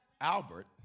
Albert